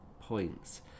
points